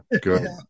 good